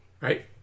Right